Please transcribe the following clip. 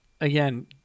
again